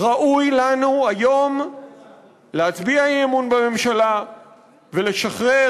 ראוי לנו היום להצביע אי-אמון בממשלה ולשחרר